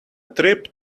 trip